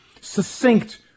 succinct